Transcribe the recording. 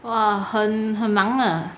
!wah! 很很忙 ah